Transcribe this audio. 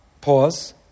pause